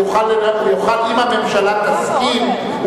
אם הממשלה תסכים,